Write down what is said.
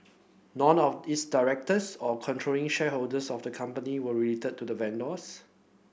none of its directors or controlling shareholders of the company were related to the vendors